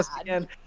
again